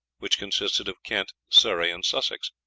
which consisted of kent, surrey, and sussex.